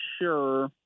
Sure